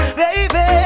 baby